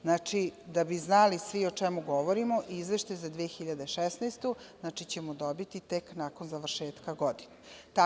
Znači, da bi znali svi o čemu govorimo, Izveštaj za 2016. godinu ćemo dobiti tek nakon završetka godine.